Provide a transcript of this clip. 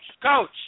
coach